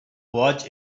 watch